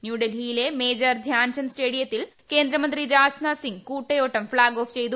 ന്യൂഡൽഹിയിലെ മേജർ ധ്യാൻ ചന്ദ് സ്റ്റേഡയത്തിൽ കേന്ദ്രമന്ത്രി രാജ്നാഥ് സിംഗ് കൂട്ടയോട്ടം ഫ്ളാഗ് ഓഫ് ചെയ്തു